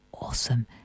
awesome